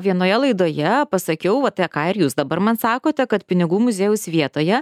vienoje laidoje pasakiau apie ką ir jūs dabar man sakote kad pinigų muziejaus vietoje